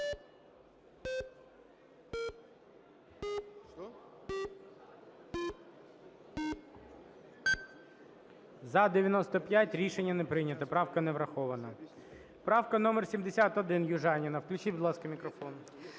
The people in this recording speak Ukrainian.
За-95 Рішення не прийнято. Правка не врахована. Правка номер 71, Южаніна. Включіть, будь ласка, мікрофон.